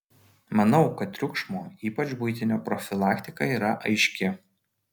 manau kad triukšmo ypač buitinio profilaktika yra aiški